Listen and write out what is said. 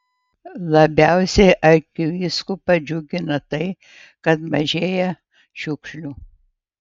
labiausiai arkivyskupą džiugina tai kad mažėja šiukšlių